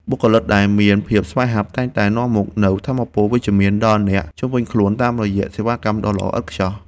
បុគ្គលិកដែលមានភាពស្វាហាប់តែងតែនាំមកនូវថាមពលវិជ្ជមានដល់អ្នកជុំវិញខ្លួនតាមរយៈសេវាកម្មដ៏ល្អឥតខ្ចោះ។